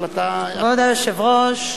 כבוד היושב-ראש,